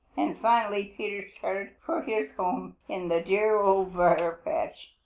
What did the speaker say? and finally peter started for his home in the dear old briar-patch.